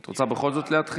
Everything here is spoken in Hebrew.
את רוצה בכל זאת להתחיל?